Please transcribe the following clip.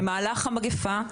במהלך המגפה,